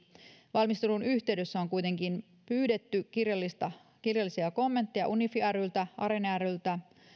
valmistelun yhteydessä on kuitenkin pyydetty kirjallisia kommentteja unifi ryltä arene ryltä